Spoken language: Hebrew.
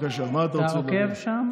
אי-אפשר כל דבר, אנשים לא מטומטמים.